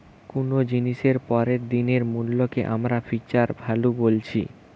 কুনো জিনিসের পরের দিনের মূল্যকে আমরা ফিউচার ভ্যালু বলছি